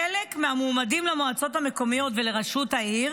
חלק מהמועמדים למועצות המקומיות ולרשות העיר